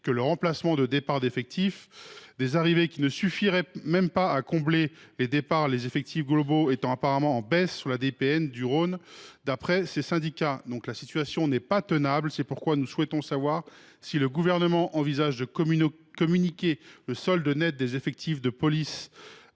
que le remplacement de départs. De telles arrivées ne suffiraient même pas à combler ces derniers, les effectifs globaux étant apparemment en baisse sur la DIPN du Rhône, d’après ces syndicats. Cette situation n’est pas tenable. Aussi, nous souhaitons savoir si le Gouvernement envisage de communiquer le solde net des effectifs de police,